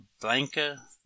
Blanca